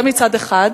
זה מצד אחד.